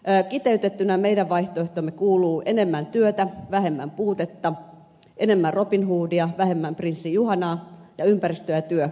kiteytettynä meidän vaihtoehtoomme kuuluu enemmän työtä vähemmän puutetta enemmän robin hoodia vähemmän prinssi juhanaa ja ympäristö ja työ kättä lyö